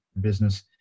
business